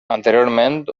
anteriorment